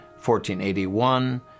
1481